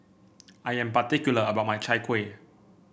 I am particular about my Chai Kuih